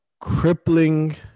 crippling